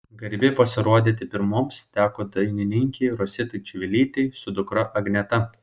garbė pasirodyti pirmoms teko dainininkei rositai čivilytei su dukra agneta